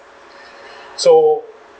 so